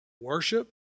worship